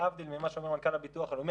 להבדיל ממה שאומר מנכ"ל הביטוח הלאומי,